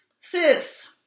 sis